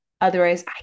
Otherwise